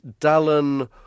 Dallin